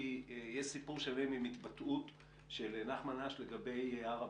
שיש סיפור שלם עם התבטאות של נחמן אש לגבי הר הבית,